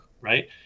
right